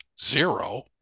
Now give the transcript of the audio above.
zero